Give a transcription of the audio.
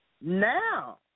Now